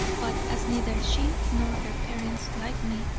but as neither she nor her parents liked me,